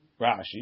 Rashi